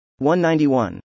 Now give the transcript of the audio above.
191